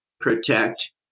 protect